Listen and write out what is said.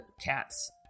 cats